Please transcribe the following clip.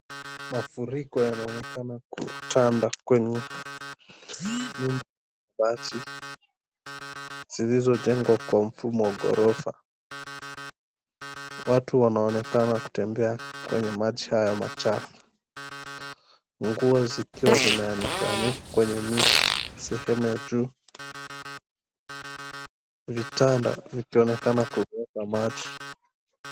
Mafuriko yanaonekana kutanda kwenye nyumba za mabati zilizojengwa kwa mfumo wa gorofa, watu wanaonekana kutembea kwenye maji haya machafu nguo zikiwa zimeanikwa anikwa kwenye miti sehemu ya juu. Vitanda vikionekana kubebwa na maji.